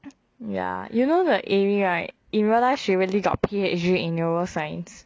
ya you know the amy right in real life she really got P_H_D in neuroscience